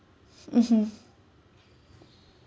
mmhmm